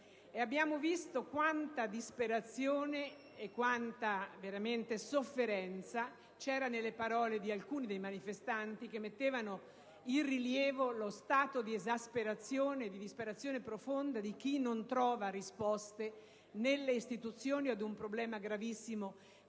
verificare quanta disperazione e quanta sofferenza c'era nelle parole di alcuni manifestanti che mettevano in rilievo lo stato di esasperazione e di disperazione profonda di chi non trova risposte nelle istituzioni ad un problema gravissimo